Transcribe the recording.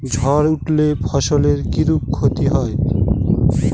ঝড় উঠলে ফসলের কিরূপ ক্ষতি হয়?